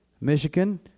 Michigan